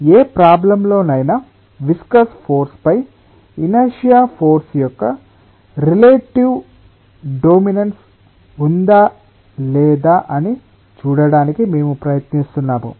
ఏ ప్రాబ్లంలోనైనా viscous force పై inertia force యొక్క రిలేటివ్ డోమినన్స్ ఉందా లేదా అని చూడటానికి మేము ప్రయత్నిస్తున్నాము